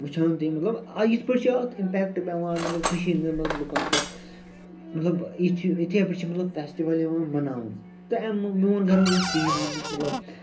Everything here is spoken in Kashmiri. وُچھان تُہۍ مطلب آ یِتھٕ پٲٹھۍ چھِ اَتھ امپیکٹہٕ پٮ۪وان مطلب کٔشیٖرِ ہٕنٛدِ لُکن پٮ۪ٹھ مطلب یہِ چھِ یِتھٕے پٲٹھۍ چھِ فیسٹٕول یِوان مناونہٕ تہٕ امہِ میٛون غرض اوس یی وَننس مطلب